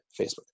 Facebook